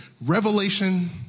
revelation